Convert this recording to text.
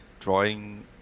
drawing